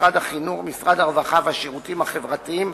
משרד החינוך ומשרד הרווחה והשירותים החברתיים,